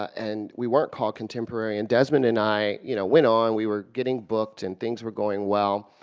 and we weren't called contemporary, and desmond and i, you know, went on, we were getting booked and things were going well,